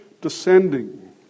descending